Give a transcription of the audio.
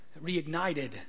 reignited